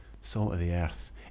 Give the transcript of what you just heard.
salt-of-the-earth